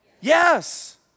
Yes